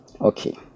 Okay